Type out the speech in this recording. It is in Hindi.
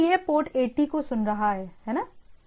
तो यह पोर्ट 80 को सुन रहा है है ना